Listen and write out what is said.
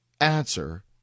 answer